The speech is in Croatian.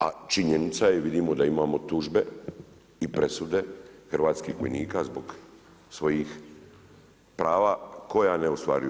A činjenica je, vidimo da imamo tužbe i presude hrvatskih vojnika zbog svojih prava koja ne ostvaruju.